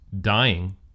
dying